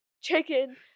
chicken